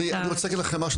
אני רוצה להגיד לכם משהו.